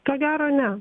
ko gero ne